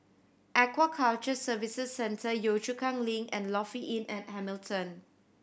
Aquaculture Services Centre Yio Chu Kang Link and Lofi Inn at Hamilton